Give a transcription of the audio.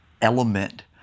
element